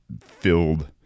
filled